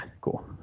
cool